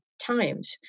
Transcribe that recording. times